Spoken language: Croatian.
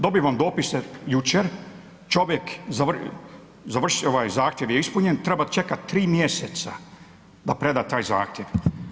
Dobivam dopise jučer, čovjek završio ovaj zahtjev je ispunjen, treba čekati 3 mjeseca da preda taj zahtjev.